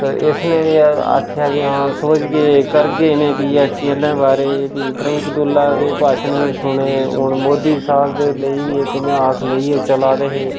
ते इसने बी आखेआ कि हां सोचगे करगे इ'नें पी ऐच्च ई आह्लें बारे च फ्ही फरूक अबदुल्ला दे भाशण बी सुने हून मोदी साह्ब दे लेई इक इ'यां आस लेइयै चला दे हे